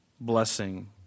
blessing